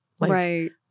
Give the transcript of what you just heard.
Right